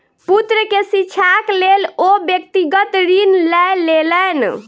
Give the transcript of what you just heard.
पुत्र के शिक्षाक लेल ओ व्यक्तिगत ऋण लय लेलैन